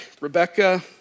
Rebecca